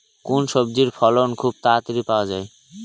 কোন সবজির ফলন খুব তাড়াতাড়ি পাওয়া যায়?